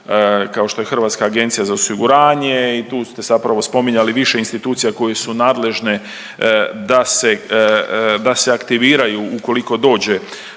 kao što je Hrvatska agencija za osiguranje i tu ste zapravo spominjali više institucija koje su nadležne da se aktiviraju ukoliko dođe